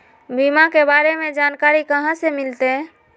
बीमा के बारे में जानकारी कहा से मिलते?